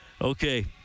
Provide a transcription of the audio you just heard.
okay